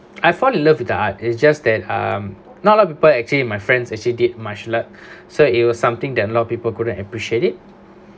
I fell in love with the art it's just that um not a lot of people actually my friends actually did martial arts so it was something that a lot of people couldn't appreciate it